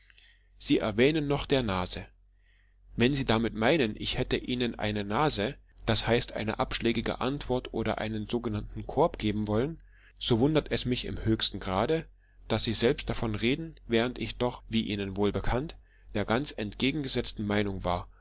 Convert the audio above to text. sie erwähnen noch der nase wenn sie damit meinen ich hätte ihnen eine nase das heißt eine abschlägige antwort oder einen sogenannten korb geben wollen so wundert es mich im höchsten grade daß sie selbst davon reden während ich doch wie ihnen wohl bekannt der ganz entgegengesetzten meinung war